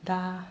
dou~